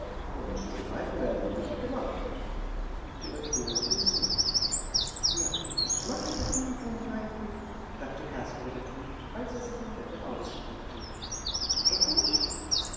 und dummheiten werden nicht gemacht fügte er drohend hinzu na ich mache doch nie dummheiten dachte kasperle betrübt als er sich im bette ausstreckte ich doch nicht